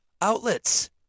outlets